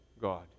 God